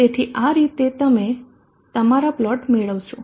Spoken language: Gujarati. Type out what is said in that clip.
તેથી આ રીતે તમે તમારા પ્લોટ મેળવશો